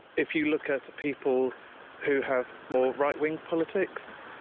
if you look at people who have more right-wing politics,